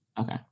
Okay